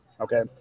okay